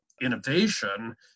innovation